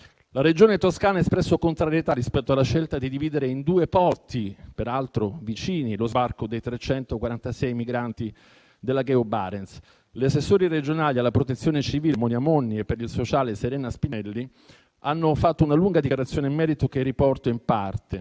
La Regione Toscana ha espresso contrarietà rispetto alla scelta di dividere in due porti, peraltro vicini, lo sbarco dei 346 migranti della Geo Barents. L'assessora regionale alla protezione civile, Monia Monni, e l'assessora regionale per il sociale, Serena Spinelli, hanno fatto una lunga dichiarazione in merito, che riporto in parte: